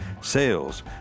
sales